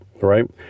right